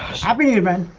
happy new but and